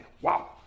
Wow